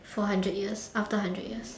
for hundred years after hundred years